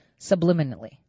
subliminally